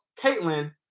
Caitlyn